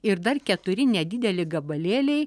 ir dar keturi nedideli gabalėliai